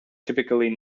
typically